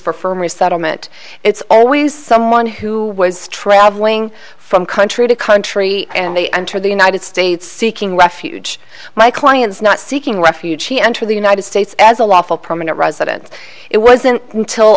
for firm resettlement it's always someone who was traveling from country to country and they entered the united states seeking refuge my clients not seeking refugee enter the united states as a lawful permanent resident it wasn't until